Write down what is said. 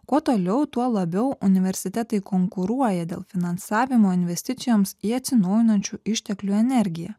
kuo toliau tuo labiau universitetai konkuruoja dėl finansavimo investicijoms į atsinaujinančių išteklių energiją